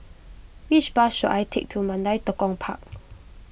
which bus should I take to Mandai Tekong Park